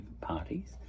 parties